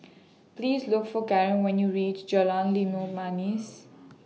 Please Look For Caren when YOU REACH Jalan Limau Manis